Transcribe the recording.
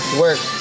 work